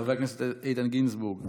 חבר הכנסת איתן גינזבורג,